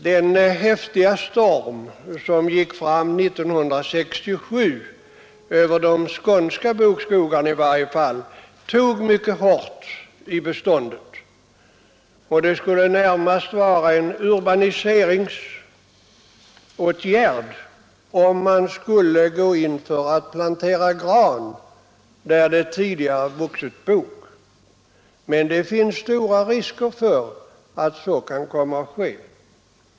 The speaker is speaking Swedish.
Den häftiga storm som gick fram 1967 i varje fall över de skånska bokskogarna tog mycket hårt på bestånden. Det skulle närmast vara en urbaniseringsåtgärd, om man gick in för att plantera gran där det tidigare vuxit bok. Men det finns stora risker för att så kan komma att ske.